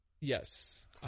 yes